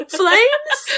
flames